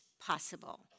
possible